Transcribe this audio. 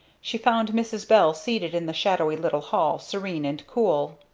she found mrs. bell seated in the shadowy little hall, serene and cool.